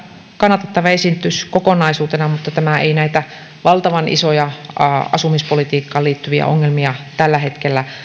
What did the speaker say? kannatettava esitys kokonaisuutena mutta tämä ei näitä valtavan isoja asumispolitiikkaan liittyviä ongelmia tällä hetkellä